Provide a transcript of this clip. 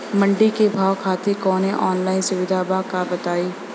मंडी के भाव खातिर कवनो ऑनलाइन सुविधा बा का बताई?